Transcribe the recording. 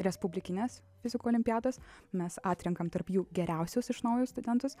respublikinės fizikų olimpiados mes atrenkame tarp jų geriausius iš naujo studentus